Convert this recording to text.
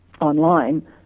online